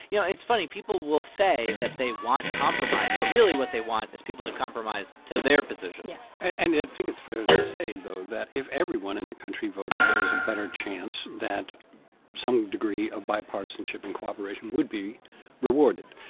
you know, it's funny. people will say that they want compromise, but, really, what they want is people to compromise to their position yeah and i think it's fair to say, though, that if everyone in the country voted, there's a better chance that some degree of bipartisanship and cooperation would be rewarded.